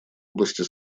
области